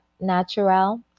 Natural